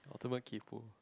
ultimate kaypo